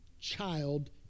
child